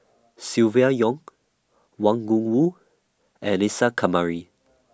Silvia Yong Wang Gungwu and Isa Kamari